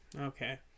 okay